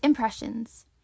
Impressions